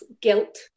guilt